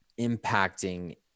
impacting